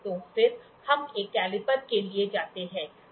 तो फिर हम एक कैलीपर के लिए जाते हैं